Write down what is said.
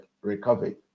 recovered